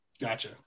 Gotcha